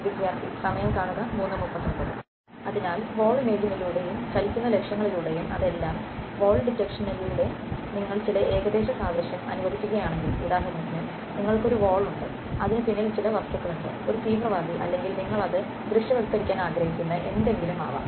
വിദ്യാർത്ഥി സമയം കാണുക 0339 അതിനാൽ വോൾ ഇമേജിംഗിലൂടെയും ചലിക്കുന്ന ലക്ഷ്യങ്ങളിലൂടെയും അതെല്ലാം വോൾ ഡിറ്റെക്ഷനിലൂടെ നിങ്ങൾ ചില ഏകദേശ സാദൃശ്യം അനുവദിക്കുകയാണെങ്കിൽ ഉദാഹരണത്തിന് നിങ്ങൾക്ക് ഒരു വോൾ ഉണ്ട് അതിന് പിന്നിൽ ചില വസ്തുക്കളുണ്ട് ഒരു തീവ്രവാദി അല്ലെങ്കിൽ നിങ്ങൾ അത് ദൃശ്യവത്കരിക്കാൻ ആഗ്രഹിക്കുന്ന എന്തെങ്കിലും ആവാം